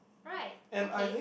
right okay